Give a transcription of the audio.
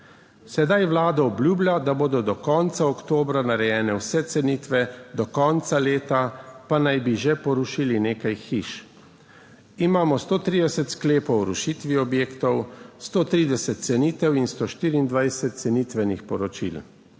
Sedaj vlada obljublja, da bodo do konca oktobra narejene vse cenitve, do konca leta pa naj bi že porušili nekaj hiš. Imamo 130 sklepov o rušitvi objektov, 130 cenitev in 124 cenitvenih poročil,